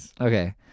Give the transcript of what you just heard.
Okay